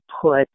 put